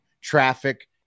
traffic